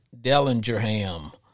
Dellingerham